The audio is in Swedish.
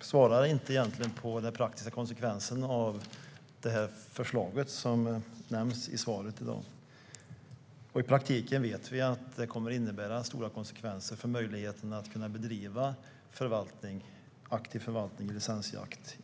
svarar inte på vad som blir den praktiska konsekvensen av det förslag som nämns i svaret. Vi vet att det i praktiken kommer att innebära stora konsekvenser vad gäller möjligheten att kommande vinter bedriva aktiv förvaltning och licensjakt.